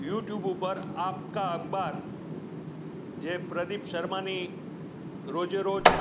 YouTube ઉપર આપ કા અખબાર જે પ્રદીપ શર્માની રોજે રોજ